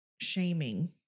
shaming